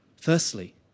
Firstly